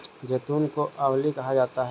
जैतून को ऑलिव कहा जाता है